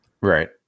right